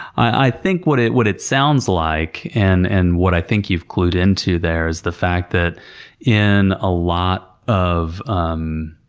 i think what it what it sounds like, and and what i think you've clued into there, is the fact that in a lot of um